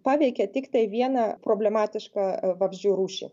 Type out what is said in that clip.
paveikia tiktai vieną problematišką vabzdžių rūšį